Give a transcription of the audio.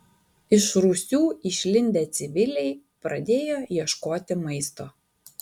iš rūsių išlindę civiliai pradėjo ieškoti maisto